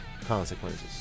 consequences